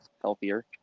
healthier